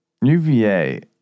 UVA